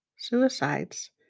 Suicides